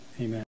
amen